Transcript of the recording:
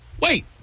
Wait